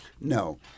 No